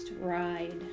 ride